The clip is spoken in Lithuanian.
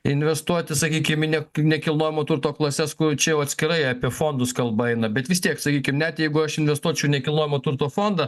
investuoti sakykim į ne nekilnojamojo turto klases kur čia jau atskirai apie fondus kalba eina bet vis tiek sakykim net jeigu aš investuočiau į nekilnojamojo turto fondą